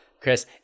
Chris